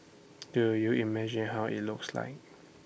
do you imagine how IT looks like